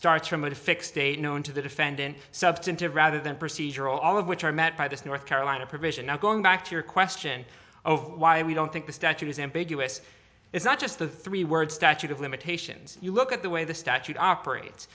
starts from a fixed date known to the defendant substantive rather than procedural all of which are met by this north carolina provision now going back to your question of why we don't think the statute is ambiguous it's not just the three words statute of limitations you look at the way the statute operate